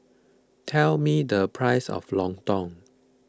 tell me the price of Lontong